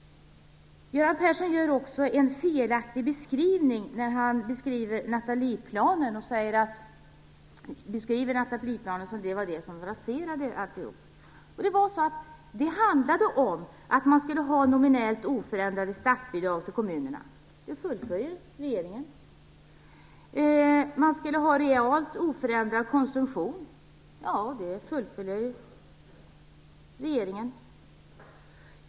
Göran Persson gör också en felaktig beskrivning när han säger att det var Nathalieplanen som raserade alltihop. Det handlade om nominellt oförändrade statsbidrag till kommunerna, vilket regeringen fullföljer. Man skulle ha en realt oförändrad konsumtion, vilket regeringen också fullföljer.